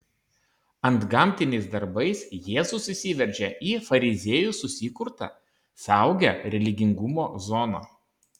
antgamtiniais darbais jėzus įsiveržė į fariziejų susikurtą saugią religingumo zoną